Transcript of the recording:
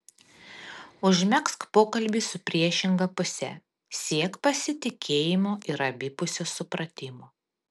užmegzk pokalbį su priešinga puse siek pasitikėjimo ir abipusio supratimo